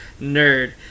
nerd